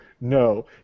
no